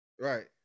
right